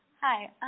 Hi